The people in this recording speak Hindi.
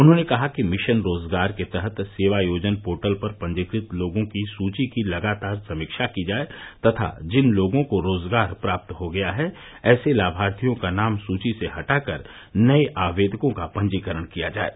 उन्होंने कहा कि मिशन रोजगार के तहत सेवायोजन पोर्टल पर पंजीकृत लोगों की सूची की लगातार समीक्षा की जाये तथा जिन लोगों को रोजगार प्राप्त हो गया है ऐसे लामार्थियों का नाम सुची से हटाकर नये आवेदकों का पंजीकरण किया जाये